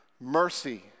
mercy